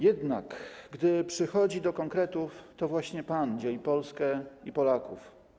Jednak gdy przychodzi do konkretów, to właśnie pan dzieli Polskę i Polaków.